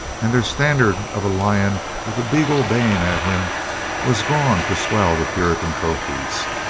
and their standard of a lion with a beagle baying at him was gone to swell the puritan trophies.